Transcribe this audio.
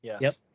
Yes